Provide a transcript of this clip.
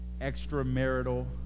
Extramarital